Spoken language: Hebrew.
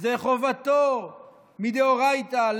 זה חובתו מדאורייתא.